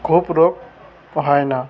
খুব রোগ হয় না